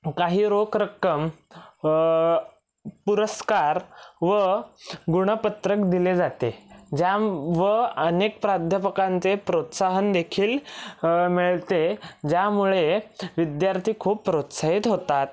काही रोख रक्कम पुरस्कार व गुणपत्रक दिले जाते ज्या व अनेक प्राध्यापकांचे प्रोत्साहन देखील मिळते ज्यामुळे विद्यार्थी खूप प्रोत्साहित होतात